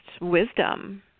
wisdom